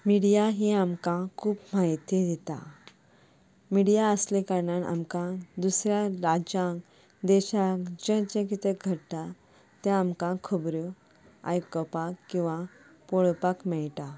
media ही आमकां खूब माहिती दिता मिडिया आसल्या कारणान आमकां दुसऱ्या राज्यांक देशांक जें जें किदें घडटा तें आमकां खबऱ्यो आयकुपाक किंवा पळोपाक मेळटा